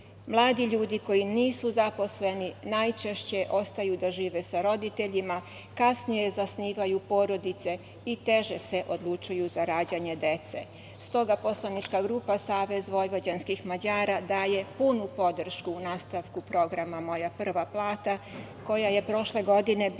Mladi ljudi koji nisu zaposleni najčešće ostaju da žive sa roditeljima, kasnije zasnivaju porodice i teže se odlučuju za rađanje dece. Stoga poslanička grupa SVM daje punu podršku nastavku programa – „moja prva plata“ koja je prošle godine bila